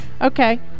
Okay